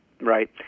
right